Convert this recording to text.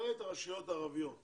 למעט הרשויות הערביות,